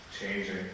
changing